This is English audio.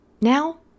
Now